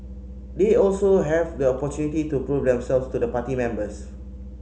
they also have the opportunity to prove themselves to the party members